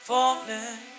Falling